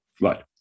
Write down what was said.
Right